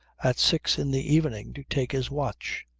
at six in the evening to take his watch.